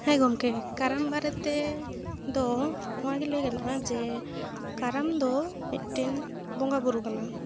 ᱦᱮᱸ ᱜᱚᱢᱠᱮ ᱠᱟᱨᱟᱢ ᱵᱟᱨᱮᱛᱮ ᱫᱚ ᱱᱚᱣᱟᱜᱮ ᱞᱟᱹᱭ ᱜᱟᱱᱚᱜᱼᱟ ᱡᱮ ᱠᱟᱨᱟᱢ ᱫᱚ ᱢᱤᱫᱴᱮᱱ ᱵᱚᱸᱜᱟᱼᱵᱩᱨᱩ ᱠᱟᱱᱟ